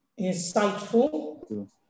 insightful